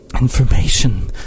information